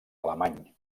alemany